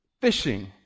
fishing